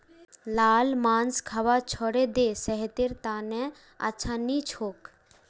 लाल मांस खाबा छोड़े दे सेहतेर त न अच्छा नी छोक